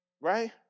Right